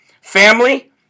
family